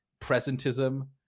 presentism